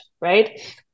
Right